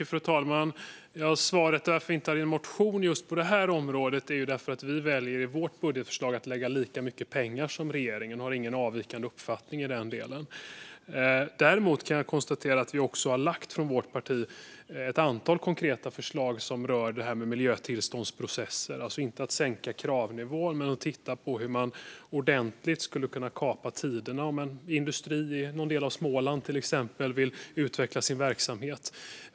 Fru talman! Svaret på varför vi inte har en motion på just det här området är att vi i vårt budgetförslag väljer att lägga lika mycket pengar som regeringen. Vi har ingen avvikande uppfattning i den delen. Däremot kan jag konstatera att vårt parti har lagt fram ett antal konkreta förslag som rör miljötillståndsprocesser - inte att sänka kravnivån men att titta på hur man skulle kunna kapa tiderna ordentligt om till exempel en industri i någon del av Småland vill utveckla sin verksamhet.